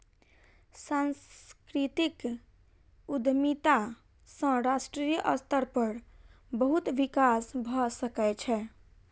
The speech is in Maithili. सांस्कृतिक उद्यमिता सॅ राष्ट्रीय स्तर पर बहुत विकास भ सकै छै